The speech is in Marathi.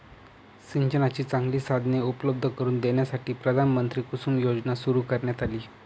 सिंचनाची चांगली साधने उपलब्ध करून देण्यासाठी प्रधानमंत्री कुसुम योजना सुरू करण्यात आली